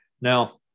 Now